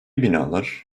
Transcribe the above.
binalar